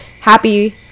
Happy